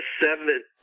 seven